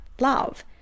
love